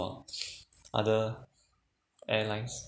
other airlines